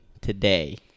today